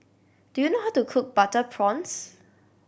do you know how to cook butter prawns